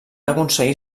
aconseguir